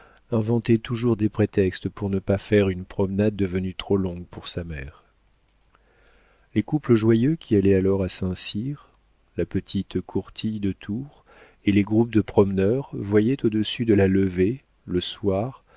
inventait toujours des prétextes pour ne pas faire une promenade devenue trop longue pour sa mère les couples joyeux qui allaient alors à saint-cyr la petite courtille de tours et les groupes de promeneurs voyaient au-dessus de la levée le soir